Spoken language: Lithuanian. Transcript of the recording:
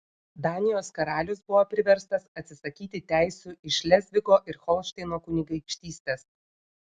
danijos karalius buvo priverstas atsisakyti teisių į šlezvigo ir holšteino kunigaikštystes